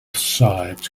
sides